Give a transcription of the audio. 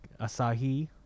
Asahi